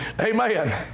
Amen